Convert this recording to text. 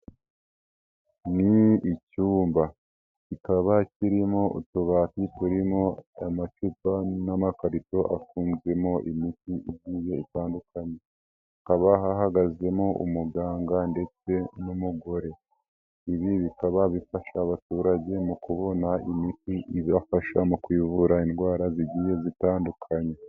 Ni icyumba kikaba kirimo utubati turimo amacupa n'amakarito afunzemo imiti igiye itandukanye, hakaba hahagazemo umuganga ndetse n'umugore. Ibi bikaba bifasha abaturage mu kubona imiti ibafasha mu kuvura indwara zigiye zitandukanye.